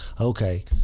okay